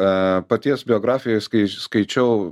a paties biografijoj skai skaičiau